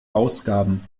ausgaben